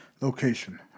location